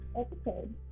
episode